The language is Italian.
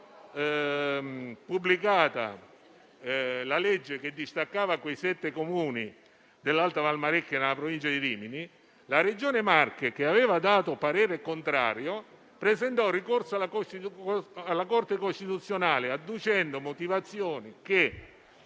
fu pubblicata la legge che distaccava i sette Comuni dell'Alta Valmarecchia nella provincia di Rimini - la Regione Marche, che aveva dato parere contrario, presentò ricorso alla Corte costituzionale adducendo la motivazione che